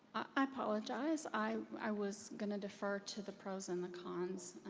i apologize. i i was going to defer to the pros and the cons.